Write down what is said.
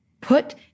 put